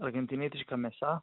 argentinietiška mėsa